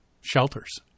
shelters